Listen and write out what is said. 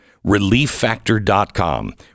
Relieffactor.com